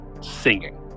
Singing